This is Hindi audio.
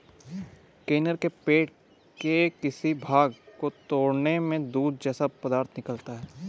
कनेर के पेड़ के किसी भाग को तोड़ने में दूध जैसा पदार्थ निकलता है